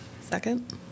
Second